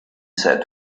said